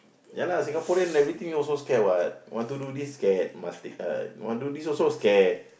ya lah Singaporean everything also scared what want to do this scared must t~ uh want do this also scared